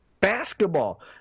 basketball